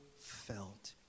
felt